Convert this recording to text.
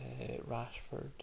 Rashford